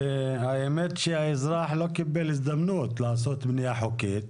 האמת שהאזרח לא קיבל הזדמנות לעשות בניה חוקית,